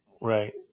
Right